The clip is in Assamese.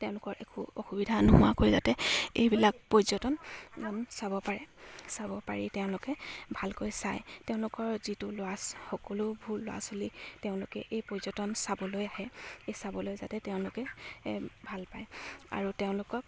তেওঁলোকৰ একো অসুবিধা নোহোৱাকৈ যাতে এইবিলাক পৰ্যটন চাব পাৰে চাব পাৰি তেওঁলোকে ভালকৈ চাই তেওঁলোকৰ যিটো ল'ৰা ছোৱালী সকলোবোৰ ল'ৰা ছোৱালী তেওঁলোকে এই পৰ্যটন চাবলৈ আহে এই চাবলৈ যাতে তেওঁলোকে ভাল পায় আৰু তেওঁলোকক